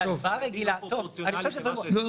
בהצבעה רגילה לכאורה לא